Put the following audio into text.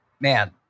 man